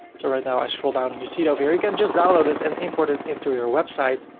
so right now i scroll down and you see it over here again, just download it and import it into your website.